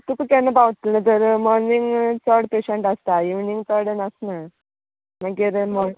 तुका केन्ना पावतले तर मोरनींग चड पेशंट आसता इवनींग चड आसना मागीर मोन